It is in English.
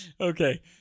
Okay